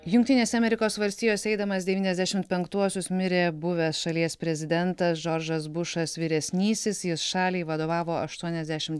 jungtinėse amerikos valstijose eidamas devyniasdešimt penktuosius mirė buvęs šalies prezidentas džordžas bušas vyresnysis jis šaliai vadovavo aštuoniasdešimt